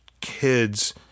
kids